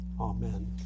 Amen